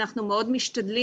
אנחנו מאוד משתדלים.